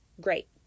great